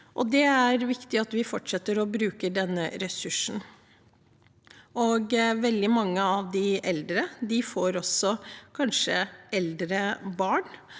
Det er viktig at vi fortsetter å bruke denne ressursen. Veldig mange av de eldre får kanskje også eldre barn